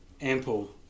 Ample